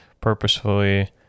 purposefully